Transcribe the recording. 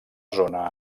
zona